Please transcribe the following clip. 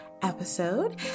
episode